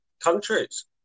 countries